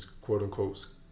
quote-unquote